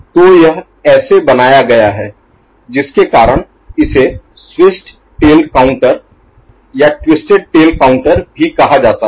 तो यह ऐसे बनाया गया है जिसके कारण इसे स्विच्ड टेल काउंटर या ट्विस्टेड टेल काउंटर भी कहा जाता है